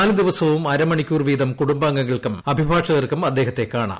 നാല് ദിവസവും അരമണിക്കൂർ വീതം കുടുംബാംഗങ്ങൾക്കും അഭിഭാഷകർക്കും അദ്ദേഹത്തെ കാണാം